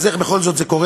ממש לא.